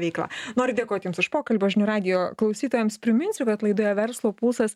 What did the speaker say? veikla noriu dėkoti jums už pokalbį žinių radijo klausytojams priminsiu kad laidoje verslo pulsas